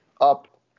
up